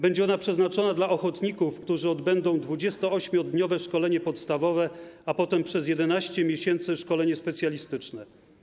Będzie ona przeznaczona dla ochotników, którzy odbędą 28 dniowe szkolenie podstawowe, a potem przez 11 miesięcy szkolenie specjalistyczne.